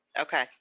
Okay